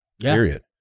Period